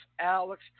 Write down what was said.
Alex